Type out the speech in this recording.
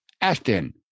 Ashton